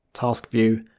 task view,